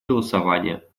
голосования